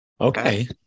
Okay